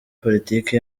politiki